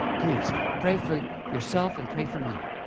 please pray for yourself and pray for me,